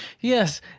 yes